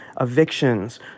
evictions